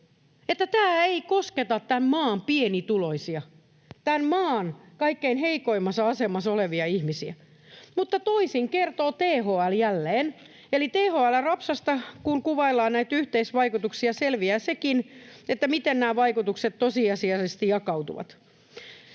tämä ei kosketa tämän maan pienituloisia, tämän maan kaikkein heikoimmassa asemassa olevia ihmisiä. Toisin kertoo THL jälleen. Eli kun THL:n rapsassa kuvaillaan näitä yhteisvaikutuksia, selviää sekin, miten nämä vaikutukset tosiasiallisesti jakautuvat.